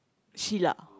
Sheila